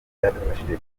byadufashije